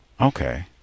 Okay